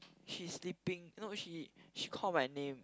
she sleeping no she she call my name